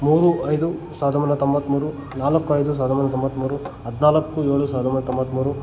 ಮೂರು ಐದು ಸಾವಿರದ ಒಂಬೈನೂರ ತೊಂಬತ್ತ್ಮೂರು ನಾಲ್ಕು ಐದು ಸಾವಿರದ ಒಂಬೈನೂರ ತೊಂಬತ್ತ್ಮೂರು ಹದಿನಾಲ್ಕು ಏಳು ಸಾವಿರದ ಒಂಬೈನೂರ ತೊಂಬತ್ತ್ಮೂರು